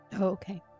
Okay